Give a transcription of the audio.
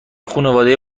خونواده